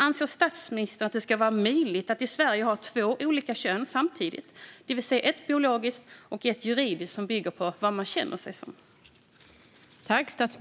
Anser statsministern att det ska vara möjligt att i Sverige ha två olika kön samtidigt, ett biologiskt och ett juridiskt som bygger på vad man känner sig som?